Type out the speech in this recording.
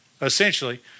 essentially